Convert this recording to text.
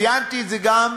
ציינתי את זה גם